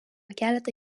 keletą